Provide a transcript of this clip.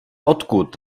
odkud